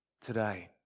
today